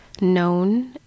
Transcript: known